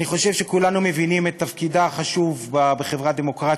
אני חושב שכולנו מבינים את תפקידה החשוב בחברה דמוקרטית.